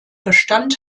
bestand